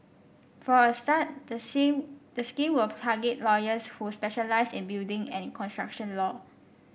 for a start the the scheme will target lawyers who specialise in building and construction law